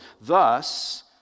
Thus